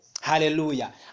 Hallelujah